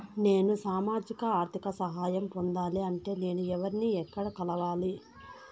నేను సామాజిక ఆర్థిక సహాయం పొందాలి అంటే నేను ఎవర్ని ఎక్కడ కలవాలి?